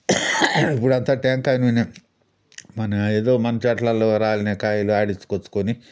ఇప్పుడంతా టెంకాయ నూనె మన ఏదో మన చెట్లల్లో రాలిన కాయలు ఆడించొచ్చుకొని